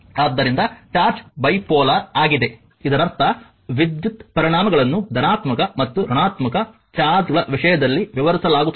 ಆದ್ದರಿಂದ charge bipolar ಆಗಿದೆ ಇದರರ್ಥ ವಿದ್ಯುತ್ ಪರಿಣಾಮಗಳನ್ನು ಧನಾತ್ಮಕ ಮತ್ತು ಋಣಾತ್ಮಕ ಚಾರ್ಜ್ಗಳ ವಿಷಯದಲ್ಲಿ ವಿವರಿಸಲಾಗುತ್ತದೆ